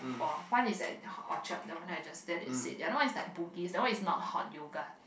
for one is at hot Orchard the one I just said the another one is like Bugis that one is not hot yoga